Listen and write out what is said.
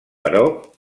però